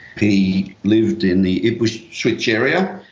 he lived in the ipswich ipswich area.